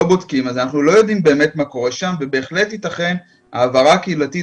אנחנו לא יודעים באמת מה קורה שם ובהחלט תיתכן העברה קהילתית,